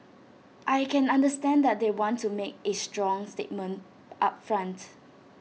I can understand that they want to make A strong statement up front